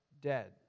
dead